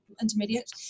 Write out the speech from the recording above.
intermediate